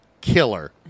killer